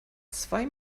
zwei